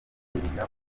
bakirinda